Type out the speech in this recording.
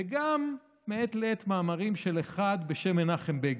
וגם מעת לעת מאמרים של אחד בשם מנחם בגין.